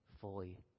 fully